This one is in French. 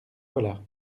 voilà